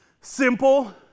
Simple